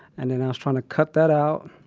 and then i was trying to cut that out,